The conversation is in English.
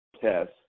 test